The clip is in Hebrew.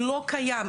לא קיים.